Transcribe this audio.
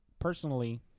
Personally